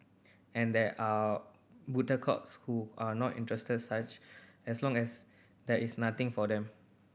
and there are who are not interested such as long as there is nothing for them